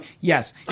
yes